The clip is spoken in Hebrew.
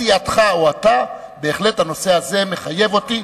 סיעתך או אתה, בהחלט הנושא הזה מחייב אותי,